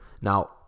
Now